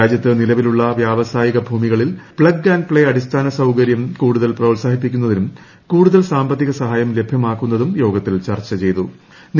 രാജ്യത്ത് നിലവിലുള്ള വ്യാവസായിക ഭൂമികളിൽ പ്തഗ് ആന്റ് പ്ലെ അടിസ്ഥാന സൌകര്യം കൂടുതൽ പ്രോത്സാഹിപ്പിക്കുന്നതിനും കൂടുതൽ സാമ്പത്തിക സഹായം ലഭ്യമാക്കുന്നതും യോഗത്തിൽ ചർച്ച വിഷയമായി